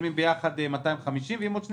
משלמים ביחד 250 שקלים ואם יש עוד שני